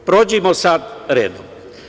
Pođimo sad redom.